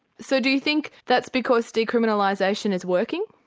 so do you think that's because decriminalisation is working?